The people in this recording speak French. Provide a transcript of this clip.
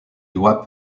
doit